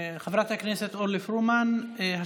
חברת הכנסת אורלי פרומן,